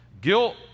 Guilt